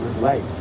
life